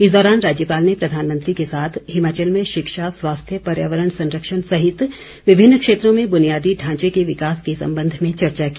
इस दौरान राज्यपाल ने प्रधानमंत्री के साथ हिमाचल में शिक्षा स्वास्थ्य पर्यावरण संरक्षण सहित विभिन्न क्षेत्रों में बुनियादी ढांचे के विकास के संबंध में चर्चा की